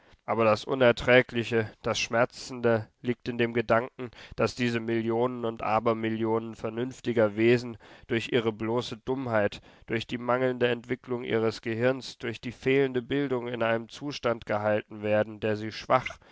aber das unerträgliche das schmerzende liegt in dem gedanken daß diese millionen und abermillionen vernünftiger wesen durch ihre bloße dummheit durch die mangelhafte entwicklung ihres gehirns durch die fehlende bildung in einem zustand gehalten werden der sie schwach